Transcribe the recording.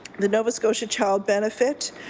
the nova scotia child benefit,